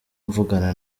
mvugana